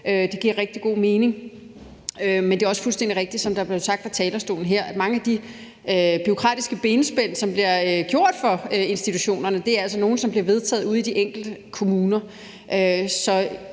det giver rigtig god mening. Men det er også fuldstændig rigtigt, som der også er blevet sagt her fra talerstolen, at mange af de bureaukratiske benspænd, der bliver gjort for institutionerne, altså er nogle, som er blevet vedtaget ude i de enkelte kommuner.